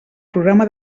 programa